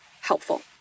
helpful